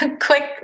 quick